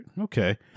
Okay